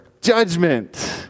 judgment